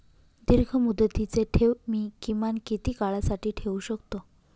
दीर्घमुदतीचे ठेव मी किमान किती काळासाठी ठेवू शकतो?